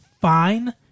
fine